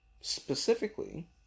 specifically